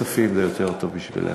כספים זה יותר טוב בשבילנו.